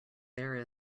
there